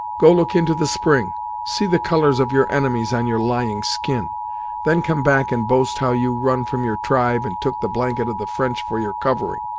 go look into the spring see the colours of your enemies on your lying skin then come back and boast how you run from your tribe and took the blanket of the french for your covering!